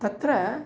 तत्र